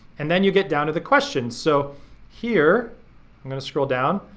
and then you get down to the question. so here i'm gonna scroll down,